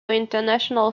international